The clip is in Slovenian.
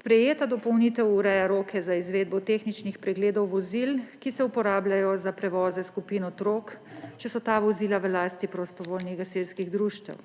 Sprejeta dopolnitev ureja roke za izvedbo tehničnih pregledov vozil, ki se uporabljajo za prevoze skupin otrok, če so ta vozila v lasti prostovoljnih gasilskih društev.